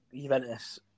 Juventus